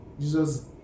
Jesus